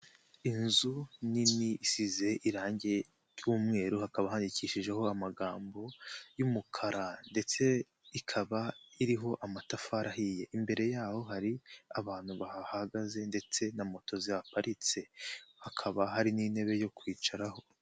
Inzu nini isize irangi ry'umweru, hakaba handikishijeho amagambo y'umukara ndetse ikaba iriho amatafari ahiye, imbere yaho hari abantu bahagaze ndetse na moto ziparitse, hakaba hari n'intebe yo kwicaraho.